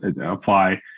apply